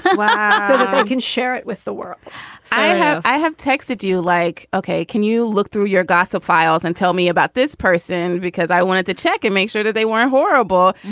so ah so i can share it with the world i have i have text it. do you like ok, can you look through your gassot files and tell me about this person? because i wanted to check and make sure that they weren't horrible.